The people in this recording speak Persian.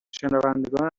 شنوندگان